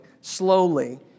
slowly